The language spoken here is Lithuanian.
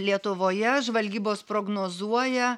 lietuvoje žvalgybos prognozuoja